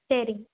சரிங்